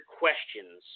questions